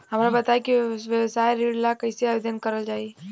हमरा बताई कि व्यवसाय ऋण ला कइसे आवेदन करल जाई?